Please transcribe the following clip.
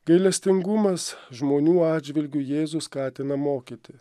gailestingumas žmonių atžvilgiu jėzų skatina mokyti